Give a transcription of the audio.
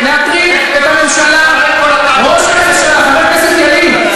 לך לראש הממשלה עם כל הטענות האלה.